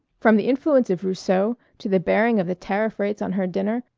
from the influence of rousseau to the bearing of the tariff rates on her dinner,